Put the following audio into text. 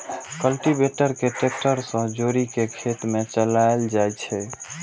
cultivator कें tractor सं जोड़ि कें खेत मे चलाएल जाइ छै